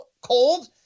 cold